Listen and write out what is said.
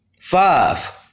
Five